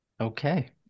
Okay